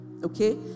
Okay